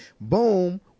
boom